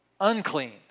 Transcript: unclean